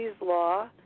Law